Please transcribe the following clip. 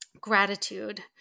gratitude